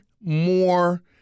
more